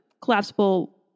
collapsible